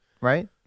Right